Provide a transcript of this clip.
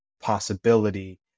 possibility